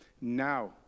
Now